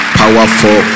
powerful